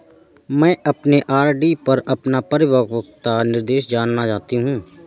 मैं अपने आर.डी पर अपना परिपक्वता निर्देश जानना चाहती हूँ